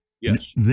Yes